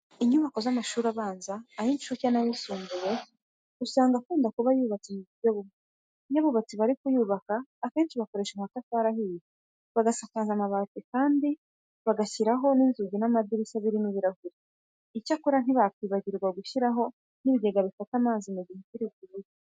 Inyubako z'amashuri abanza, ay'incuke n'ayisumbuye usanga akunda kuba yubatse mu buryo bumwe. Iyo abubatsi barimo kuyubaka akenshi bakoresha amatafari ahiye, bagasakaza amabati kandi bagashyiraho inzugi n'amadirishya birimo ibirahure. Icyakora ntibakibagirwa gushyiraho n'ibigega bifata amazi mu gihe imvura iguye.